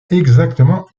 exactement